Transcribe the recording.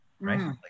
right